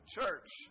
church